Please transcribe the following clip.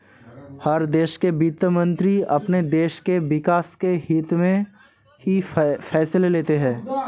हर देश के वित्त मंत्री अपने देश के विकास के हित्त में ही फैसले लेते हैं